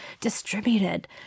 distributed